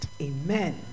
Amen